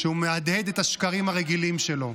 שהוא מהדהד את השקרים הרגילים שלו.